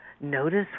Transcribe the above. Notice